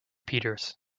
peters